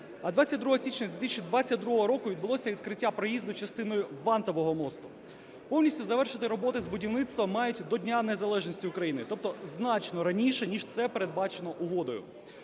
а 22 січня 2022 року відбулося відкриття проїзду частиною вантового мосту. Повністю завершити роботи з будівництва мають до Дня незалежності України, тобто значно раніше, ніж це передбачено угодою.